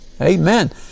Amen